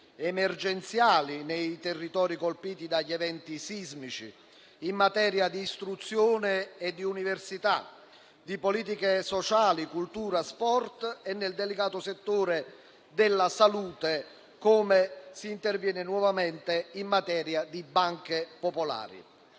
emergenziali nei territori colpiti dagli eventi sismici, in materia di istruzione e università, di politiche sociali, cultura, sport e nel delicato settore della salute, così come si interviene nuovamente in materia di banche popolari;